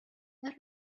let